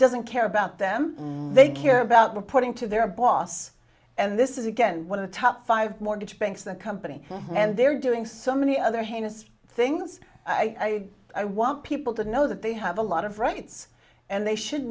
doesn't care about them they care about reporting to their boss and this is again one of the top five mortgage banks the company and they're doing so many other hannahs things i i want people to know that they have a lot of rights and they should